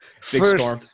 first